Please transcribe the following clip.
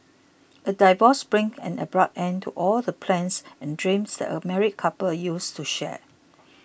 a divorce brings an abrupt end to all the plans and dreams that a married couple used to share